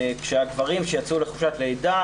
הגברים שיצאו לחופשת לידה,